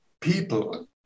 people